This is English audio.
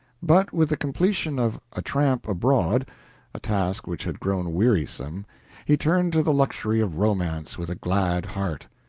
but with the completion of a tramp abroad a task which had grown wearisome he turned to the luxury of romance with a glad heart.